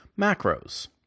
macros